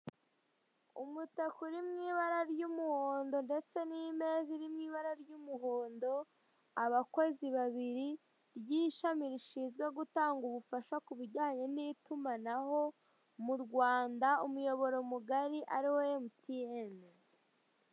Umutaka uri mw'ibara ry'umuhondo ndetse n'imeza iri mw'ibara ry'umuhondo, abakozi babiri ry'ishami rishinzwe gutanga ubufasha kubijyanye n'itumanaho mu Rwanda. Umuyoboro mugari ariwo MTN.